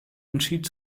entschied